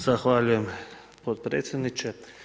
Zahvaljujem potpredsjedniče.